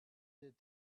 did